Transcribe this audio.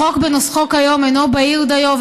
החוק בנוסחו כיום אינו בהיר דיו,